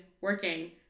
working